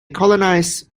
colonize